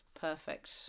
perfect